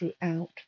throughout